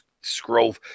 scroll